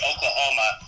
Oklahoma